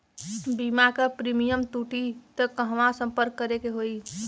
बीमा क प्रीमियम टूटी त कहवा सम्पर्क करें के होई?